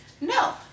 No